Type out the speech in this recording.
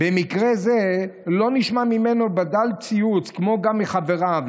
במקרה זה לא נשמע ממנו בדל ציוץ, כמו גם מחבריו.